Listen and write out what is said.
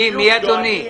מי אדוני?